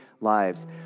lives